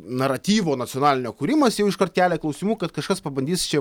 naratyvo nacionalinio kūrimas jau iškart kelia klausimų kad kažkas pabandys čia